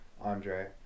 andre